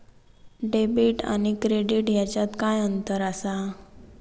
Debit आणि credit ह्याच्यात काय अंतर असा?